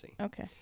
Okay